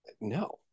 no